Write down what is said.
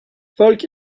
folk